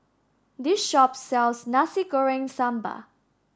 this shop sells Nasi Goreng Sambal